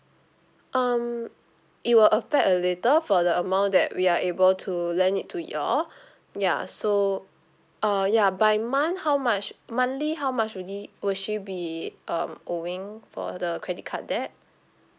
um it will affect a little for the amount that we are able to lend it to you all ya so uh ya by month how much monthly how much will he will she be um owing for the credit card debt